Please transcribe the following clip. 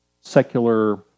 secular